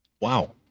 Wow